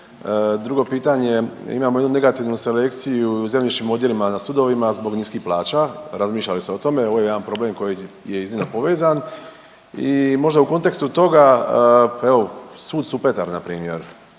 Drugo pitanje, imamo jednu negativnu selekciju u zemljišnim odjelima na sudovima zbog niskih plaća, razmišlja li se o tome, ovo je jedan problem koji je iznimno povezan i možda u kontekstu toga, pa evo sud Supetar npr.,